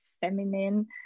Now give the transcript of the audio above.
feminine